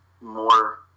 more